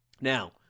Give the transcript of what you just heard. Now